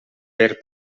per